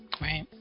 Right